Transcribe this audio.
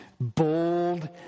bold